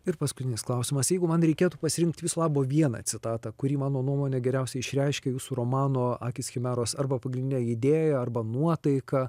ir paskutinis klausimas jeigu man reikėtų pasirinkti viso labo vieną citatą kuri mano nuomone geriausiai išreiškia jūsų romano akys chimeros arba pagrindinę idėją arba nuotaiką